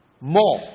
more